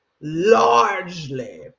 largely